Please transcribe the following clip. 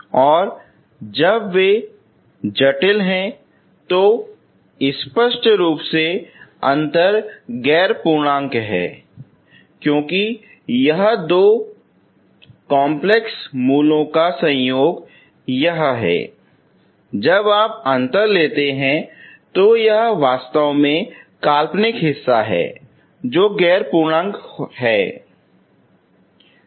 और जब वे जटिल हैं तो स्पष्ट रूप से अंतर गैर पूर्णांक है क्योंकि यह है जब दो जटिल जड़ों का संयोग यह है जब आप अंतर लेते हैंतो यह वास्तव में काल्पनिक हिस्सा है जो गैर पूर्णांक है होता जा रहा है